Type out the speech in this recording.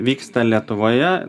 vyksta lietuvoje